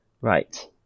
Right